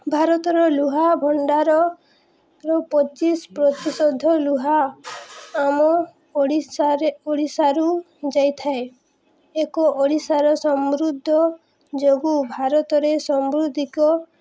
ଭାରତର ଲୁହା ଭଣ୍ଡାରର ପଚିଶ ପ୍ରତିଶତ ଲୁହା ଆମ ଓଡ଼ିଶାରେ ଓଡ଼ିଶାରୁ ଯାଇଥାଏ ଏକ ଓଡ଼ିଶାର ସମୃଦ୍ଧ ଯୋଗୁଁ ଭାରତରେ ସାମୃଦ୍ଧିକ